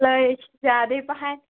سِلٲے ہَے چھِ زیادٕ پَہن